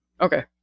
Okay